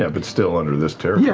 yeah but still under this territory.